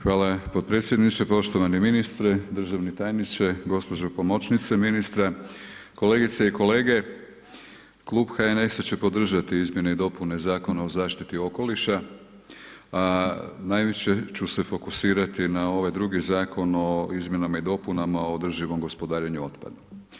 Hvala podpredsjedniče, poštovani ministre, državni tajniče, gospođo pomoćnice ministra, kolegice i kolege Klub HNS-a će podržati izmjene i dopune Zakona o zaštiti okoliša, a najviše ću se fokusirati na ovaj drugi zakon o izmjenama i dopunama o održivom gospodarenju otpadom.